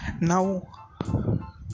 now